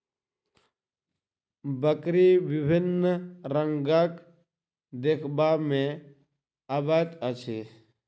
बकरी विभिन्न रंगक देखबा मे अबैत अछि